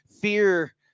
fear